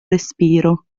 respiro